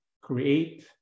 create